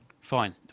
fine